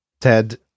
Ted